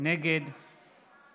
נגד